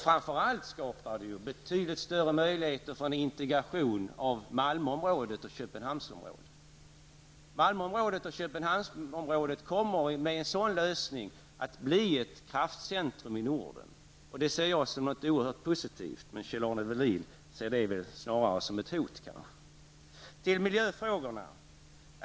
Framför allt skapar den ju betydligt större möjligheter för en integration av Malmöområdet och Köpenhamnsområdet. Med en sådan lösning kommer Malmöområdet och Köpenhamnsområdet att bli ett kraftcentrum i Norden. Det ser jag som något oerhört positivt, men Kjell-Arne Welin ser det kanske snarare som ett hot.